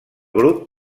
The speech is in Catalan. grup